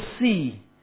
see